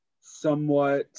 somewhat